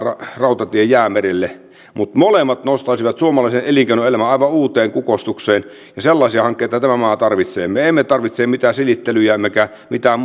rautatie jäämerelle mutta molemmat nostaisivat suomalaisen elinkeinoelämän aivan uuteen kukoistukseen ja sellaisia hankkeita tämä maa tarvitsee me emme tarvitse mitään silittelyjä emmekä mitään